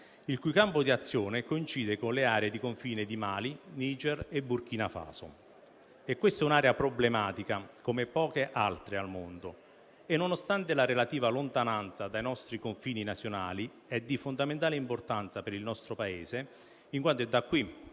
il cui campo di azione coincide con le aree di confine di Mali, Niger e Burkina Faso. È questa un'area problematica come poche altre al mondo e, nonostante la relativa lontananza dai nostri confini nazionali, essa è di fondamentale importanza per il nostro Paese, in quanto è da qui